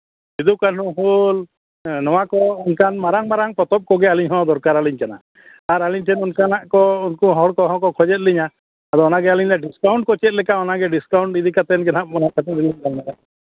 ᱥᱤᱫᱩ ᱠᱟᱹᱱᱦᱩ ᱦᱩᱞ ᱦᱮᱸ ᱱᱚᱣᱟ ᱠᱚ ᱚᱱᱠᱟᱱ ᱢᱟᱨᱟᱝ ᱢᱟᱨᱟᱝ ᱯᱚᱛᱚᱵ ᱠᱚᱜᱮ ᱟᱹᱞᱤᱧ ᱫᱚᱨᱠᱟᱨ ᱟᱹᱞᱤᱧ ᱠᱟᱱᱟ ᱟᱨ ᱟᱹᱞᱤᱧ ᱴᱷᱮᱱ ᱚᱱᱠᱟᱱᱟᱜ ᱠᱚ ᱩᱱᱠᱩ ᱦᱚᱲ ᱠᱚᱦᱚᱸ ᱠᱚ ᱠᱷᱚᱡᱮᱜ ᱞᱤᱧᱟ ᱟᱫᱚ ᱚᱱᱟᱜᱮ ᱟᱹᱞᱤᱧ ᱫᱚ ᱰᱤᱥᱠᱟᱣᱩᱱᱴ ᱠᱚ ᱪᱮᱫ ᱞᱮᱠᱟ ᱰᱤᱥᱠᱟᱣᱩᱱᱴ ᱤᱫᱤ ᱠᱟᱛᱮ ᱜᱮ ᱦᱟᱸᱜ ᱜᱟᱞᱢᱟᱨᱟᱜᱼᱟ